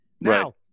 Now